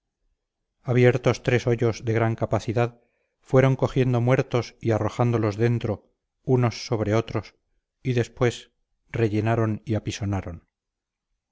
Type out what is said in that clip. abiertos tres hoyos de gran capacidad fueron cogiendo muertos y arrojándolos dentro unos sobre otros y después rellenaron y apisonaron